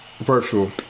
virtual